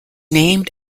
named